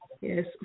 Yes